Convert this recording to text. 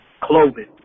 clothing